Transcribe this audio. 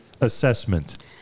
assessment